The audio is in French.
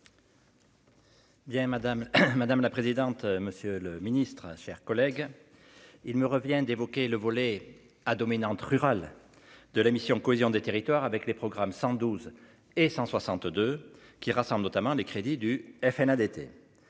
madame la présidente, monsieur le Ministre, chers collègues, il me revient d'évoquer le volet à dominante rurale de la mission cohésion des territoires avec les programmes 112 et 162 qui rassemble notamment les crédits du FNADT